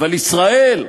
אבל ישראל,